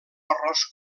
arròs